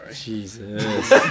Jesus